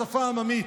בשפה העממית.